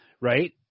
right